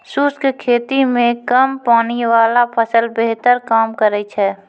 शुष्क खेती मे कम पानी वाला फसल बेहतर काम करै छै